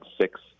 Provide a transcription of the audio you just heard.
six